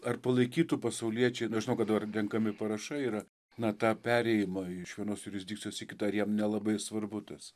ar palaikytų pasauliečiai aš žinau kad dabar renkami parašai yra na tą perėjimą iš vienos jurisdikcijos į kitą ar jiem nelabai svarbu tas